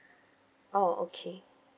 oh okay